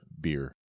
beer